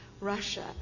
Russia